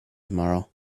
tomorrow